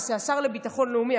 לשר לביטחון הלאומי,